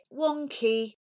wonky